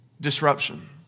Disruption